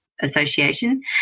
Association